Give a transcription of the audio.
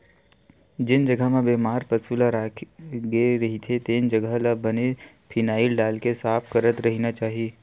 जेन जघा म बेमार पसु ल राखे गे रहिथे तेन जघा ल बने फिनाईल डालके साफ करत रहिना चाही